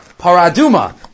paraduma